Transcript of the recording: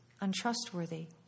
untrustworthy